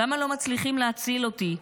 למה לא מצליחים להציל אותי?